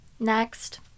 Next